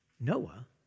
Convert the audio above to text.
Noah